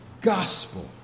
gospel